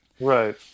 Right